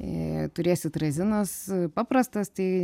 jei turėsit razinas paprastas tai